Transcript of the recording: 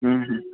ওহু